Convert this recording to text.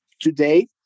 today